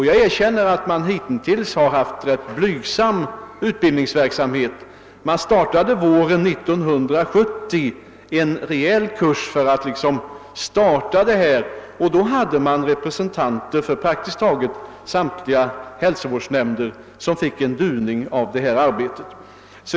Jag erkänner att man hittills haft rätt blygsam = utbildningsverksamhet. Man startade våren 1970 en reell kurs för att liksom få i gång det hela. Då samlade man representanter för praktiskt taget samtliga hälsovårdsnämnder till en duvning i detta arbete.